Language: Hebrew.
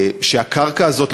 הקרקע הזאת,